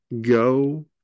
Go